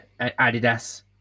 Adidas